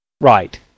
Right